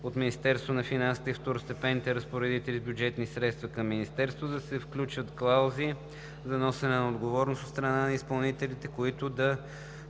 от Министерството на финансите и второстепенните разпоредители с бюджетни средства към него да се включват клаузи за носене на отговорност от страна на изпълнителите, които да